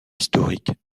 historique